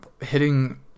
hitting